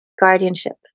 guardianship